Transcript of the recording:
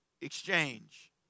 exchange